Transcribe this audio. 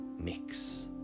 mix